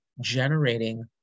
generating